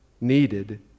needed